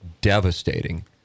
devastating